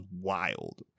wild